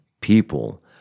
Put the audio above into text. people